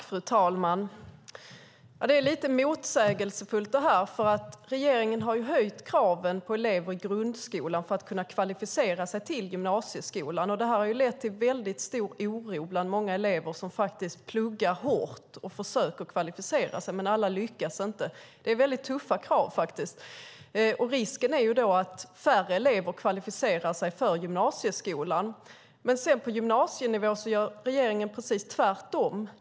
Fru talman! Detta är lite motsägelsefullt. Regeringen har ju höjt kraven för att elever i grundskolan ska kunna kvalificera sig till gymnasieskolan. Det har lett till väldigt stor oro bland många elever som pluggar hårt och försöker kvalificera sig. Alla lyckas inte. Det är faktiskt väldigt tuffa krav. Risken är då att färre elever kvalificerar sig till gymnasieskolan. På gymnasienivå gör dock regeringen precis tvärtom.